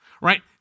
Right